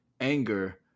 anger